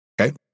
Okay